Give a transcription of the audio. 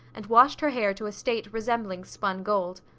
and washed her hair to a state resembling spun gold.